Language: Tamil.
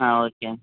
ஆ ஓகே